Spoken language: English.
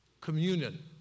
communion